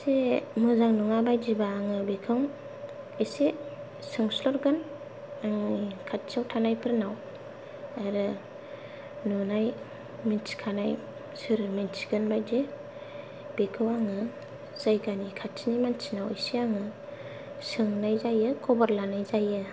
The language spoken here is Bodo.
एसे मोजां नङा बादिबा आङो बेखौ एसे सोंस्लुदगोन आंनि खाथियाव थानायफोरनाव आरो नुनाय मिथिखानाय सोर मिथिगोन बायदि बेखौ आङो जायगानि खाथिनि मानसिनाव एसे आङो सोंनाय जायो खबर लानाय जायो